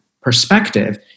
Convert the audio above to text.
perspective